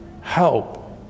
help